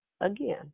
again